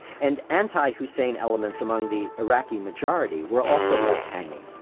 and anti hussein elements among the iraqi majority were also left hanging.